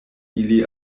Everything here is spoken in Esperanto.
ili